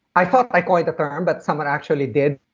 i thought i coined the term, but someone actually did.